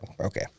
Okay